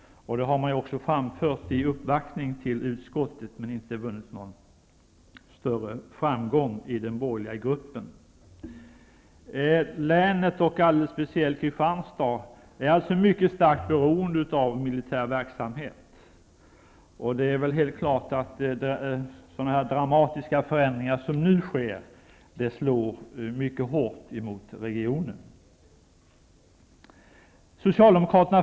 Det har man också framfört i uppvaktning till utskottet, men man har inte nått någon större framgång i den borgerliga gruppen. Länet, och alldeles speciellt Kristianstad, är alltså mycket starkt beroende av militär verksamhet. Det är väl helt klart att sådana här dramatiska förändringar slår mycket hårt mot regionen.